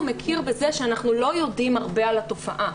הוא מכיר בזה שאנחנו לא יודעים הרבה על התופעה